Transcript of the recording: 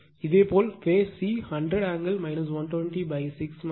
இதேபோல் phase c 100 angle 120 6 j8